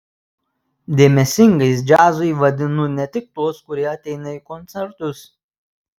dėmesingais džiazui vadinu ne tik tuos kurie ateina į koncertus